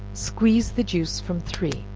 squeeze the juice from three,